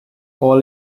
all